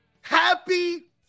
Happy